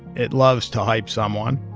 it loves to hype someone,